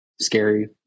scary